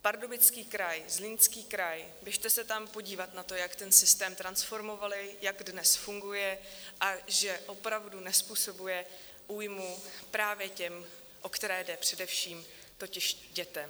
Pardubický kraj, Zlínský kraj, běžte se tam podívat na to, jak ten systém transformovali, jak dnes funguje a že opravdu nezpůsobuje újmu právě těm, o které jde, především totiž dětem.